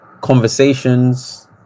conversations